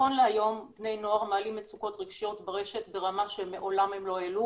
נכון להיום בני נוער מעלים מצוקות רגשיות ברשת ברמה שהם מעולם לא העלו.